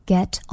Get